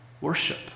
worship